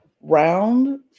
round